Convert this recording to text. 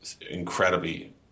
incredibly